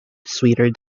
sweeter